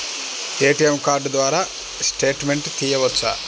ATM card ద్వారా statement తీయవచ్చా?